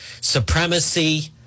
supremacy